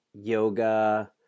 yoga